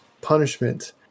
Punishment